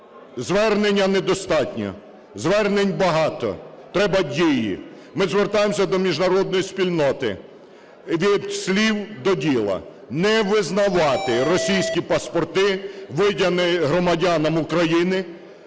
Звернення недостатньої. Звернень багато. Треба дії. Ми звертаємося до міжнародної спільноти. Від слів – до діла: не визнавати російські паспорти, видані громадянам України